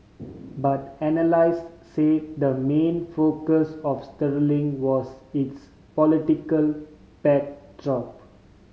but analyst say the main focus of sterling was its political backdrop